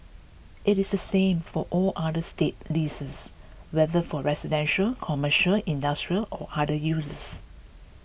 it is the same for all other state leases whether for residential commercial industrial or other uses